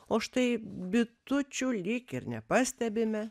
o štai bitučių lyg ir nepastebime